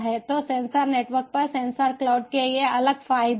तो sensor network पर sensor cloud के ये अलग फायदे हैं